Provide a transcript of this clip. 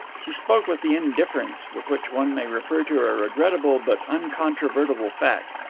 she spoke with the indifference with which one may refer to a regrettable but incontrovertible fact,